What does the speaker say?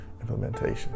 implementation